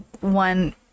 one